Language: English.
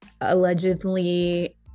allegedly